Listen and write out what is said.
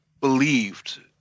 believed